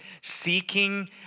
seeking